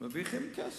מרוויחים כסף.